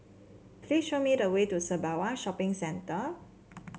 please show me the way to Sembawang Shopping Centre